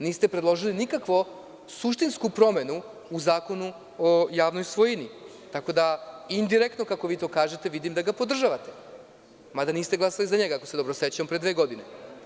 Niste predložili nikakvu suštinsku promenu u Zakonu o javnoj svojini, tako da indirektno, kako vi to kažete, vidim da ga podržavate, mada niste glasali za njega, ako se dobro sećam, pre dve godine.